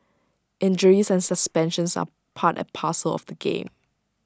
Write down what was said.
injuries and suspensions are part and parcel of the game